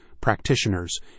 practitioners